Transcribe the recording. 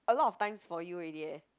a lot of times for you already eh